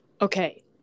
Okay